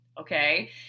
okay